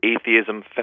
atheism